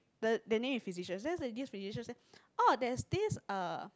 the the name is physician so there is this physician said oh there is this uh